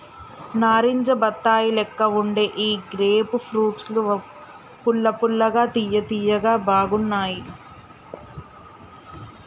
నారింజ బత్తాయి లెక్క వుండే ఈ గ్రేప్ ఫ్రూట్స్ పుల్ల పుల్లగా తియ్య తియ్యగా బాగున్నాయ్